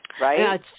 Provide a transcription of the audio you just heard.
Right